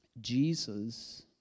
Jesus